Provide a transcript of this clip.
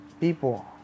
people